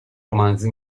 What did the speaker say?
romanzo